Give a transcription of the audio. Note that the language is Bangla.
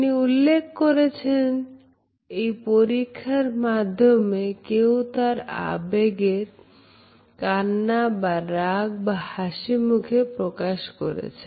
তিনি উল্লেখ করেছেন এই পরীক্ষার মাধ্যমে কেউ তার আবেগ কান্না বা রাগ বা হাসি মুখে প্রকাশ করেছেন